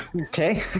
Okay